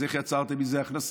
אז איך יצרתם מזה הכנסה?